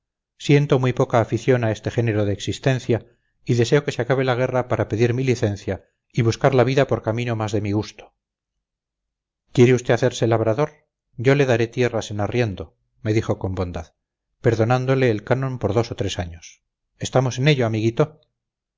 siento muy poca afición a este género de existencia y deseo que se acabe la guerra para pedir mi licencia y buscar la vida por camino más de mi gusto quiere usted hacerse labrador yo le daré tierras en arriendo me dijo con bondad perdonándole el canon por dos o tres años estamos en ello amiguito